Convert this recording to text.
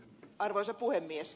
arvoisa puhemies